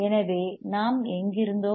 எனவே நாம் எங்கிருந்தோம்